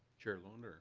chair loon